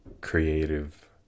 creative